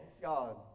God